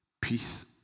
peace